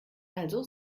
also